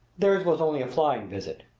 theirs was only a flying visit,